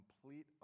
complete